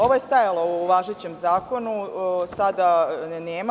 Ovo je stajalo u važećem zakonu, a sada ne.